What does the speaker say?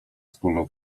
splunął